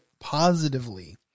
positively